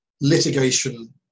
litigation